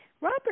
Robert